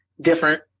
different